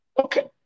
Okay